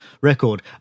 record